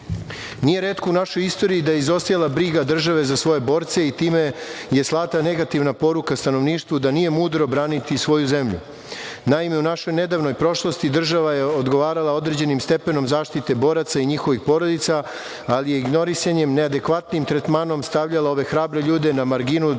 retko u našoj istoriji da je izostajala briga države za svoje borce i time je slata negativna poruka stanovništvu da nije mudro braniti svoju zemlju. Naime, u našoj nedavnoj prošlosti država je odgovarala određenim stepenom zaštite boraca i njihovih porodica, ali ignorisanjem, neadekvatnim tretmanom, stavljala ove hrabre ljude na marginu društva,